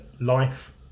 life